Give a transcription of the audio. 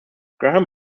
graham